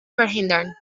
verhindern